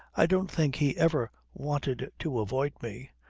i don't think he ever wanted to avoid me.